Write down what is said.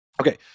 Okay